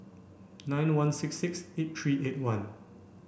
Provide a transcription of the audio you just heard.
nine one six six eight three eight one